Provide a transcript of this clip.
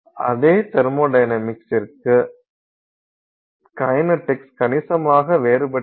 அதே தெர்மொடைனமிக்ஸிற்கு கைனடிக்ஸ் கணிசமாக வேறுபட்டிருக்கும்